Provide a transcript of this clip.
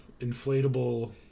inflatable